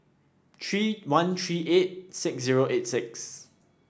three one three eight six zero eight six